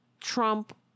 Trump